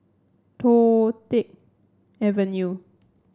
Toh Tuck Avenue